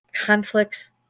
Conflicts